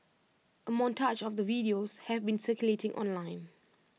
A montage of the videos have been circulating online